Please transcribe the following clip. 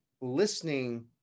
listening